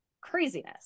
craziness